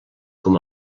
com